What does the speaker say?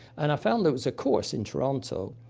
and i found there was a course in toronto,